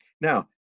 Now